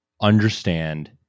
understand